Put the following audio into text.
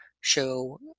show